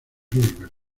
roosevelt